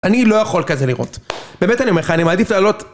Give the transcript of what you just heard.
אני לא יכול כזה לראות, באמת אני אומר לך, אני מעדיף לעלות